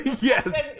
Yes